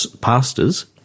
pastors